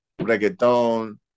reggaeton